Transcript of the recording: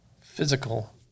physical